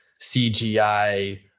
CGI